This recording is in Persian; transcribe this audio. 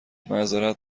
معذرت